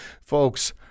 folks